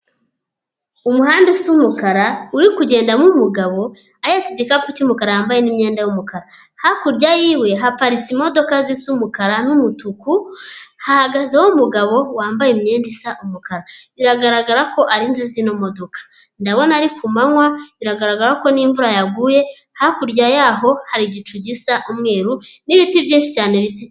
Umuhanda usa umukara uri kugendamo umugabo ahetse igikapu cy'umukara; yambaye imyenda isa umukara, hakurya yiwe haparitse imodoka zisa umukara n'umutuku, hahagazeho umugabo wambaye imyenda isa umukara, biragaragara ko ari nzizazi ino modoka; ndabona ari ku manwa biragaragara ko n'imvura yaguye, hakurya yaho hari igicu gisa umweru n'ibiti byinshi cyane bisa icyatsi.